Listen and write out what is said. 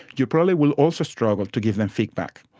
you probably will also struggle to give them feedback.